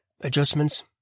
adjustments